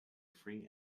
free